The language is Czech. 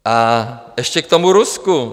A ještě k tomu Rusku.